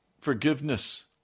forgiveness